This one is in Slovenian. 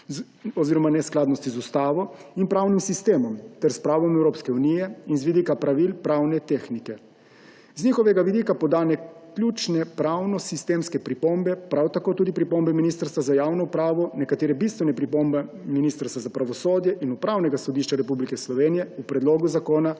oziroma neskladnosti z ustavo in pravnim sistemom ter s pravom Evropske unije in z vidika pravil pravne tehnike. Z njihovega vidika podane ključne pravno-sistemske pripombe, prav tako tudi pripombe Ministrstva za javno upravo, nekatere bistvene pripombe Ministrstva za pravosodje in Upravnega sodišča Republike Slovenije v predlogu zakona